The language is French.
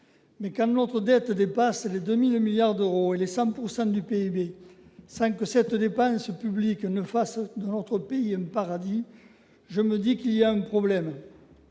quand notre dette dépasse les 2 000 milliards d'euros et les 100 % du PIB, sans que cette dépense publique fasse de notre pays un paradis, je me dis qu'il y a un problème.